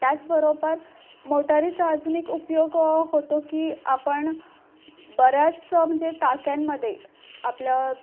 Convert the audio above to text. त्याचबरोबर मोटारीचा अजून एक उपयोग होतो की आपण बऱ्याच म्हणजे टाक्यांमध्ये आपलं